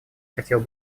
хотела